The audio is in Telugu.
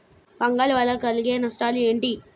ఫంగల్ వల్ల కలిగే నష్టలేంటి?